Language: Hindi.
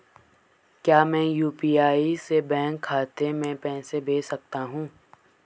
क्या मैं यु.पी.आई से बैंक खाते में पैसे भेज सकता हूँ?